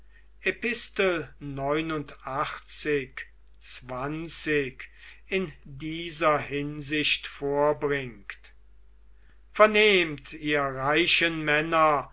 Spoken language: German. epistel zwanzig in dieser hinsicht vorbringt vernehmt ihr reichen männer